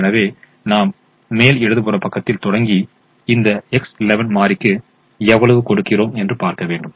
எனவே நாம் மேல் இடது புற பக்கத்தில் தொடங்கி இந்த X11 மாறிக்கு எவ்வளவு கொடுக்கிறோம் என்று பார்க்க வேண்டும்